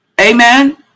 Amen